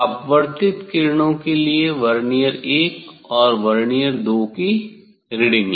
अपवर्तित किरणों के लिए वर्नियर 1 और वर्नियर 2 की रीडिंग लें